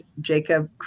Jacob